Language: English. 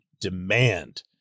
demand